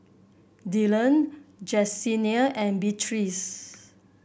Dillon Jessenia and Beatrice